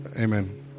Amen